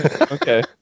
okay